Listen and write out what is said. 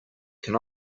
can